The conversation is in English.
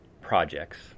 projects